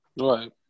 Right